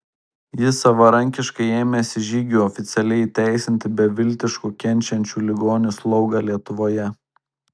jis savarankiškai ėmėsi žygių oficialiai įteisinti beviltiškų kenčiančių ligonių slaugą lietuvoje